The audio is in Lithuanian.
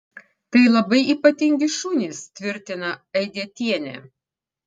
tai labai ypatingi šunys tvirtina aidietienė